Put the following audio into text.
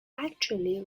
actually